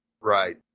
Right